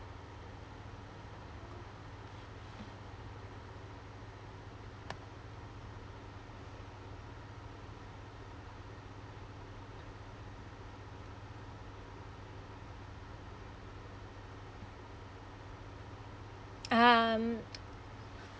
um